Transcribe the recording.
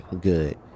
Good